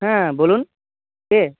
হ্যাঁ বলুন কে